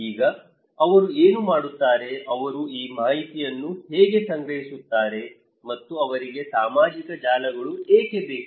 ಈಗ ಅವರು ಏನು ಮಾಡುತ್ತಾರೆ ಅವರು ಈ ಮಾಹಿತಿಯನ್ನು ಹೇಗೆ ಸಂಗ್ರಹಿಸುತ್ತಾರೆ ಮತ್ತು ಅವರಿಗೆ ಸಾಮಾಜಿಕ ಜಾಲಗಳು ಏಕೆ ಬೇಕು